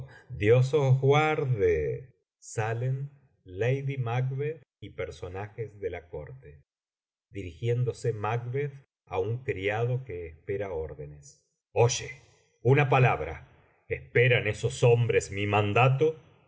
y personajes de la corte dirigiéndose macbeth á un criado que espera órdenes oye una palabra esperan esos hombres mi mandato